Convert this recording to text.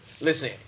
Listen